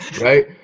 right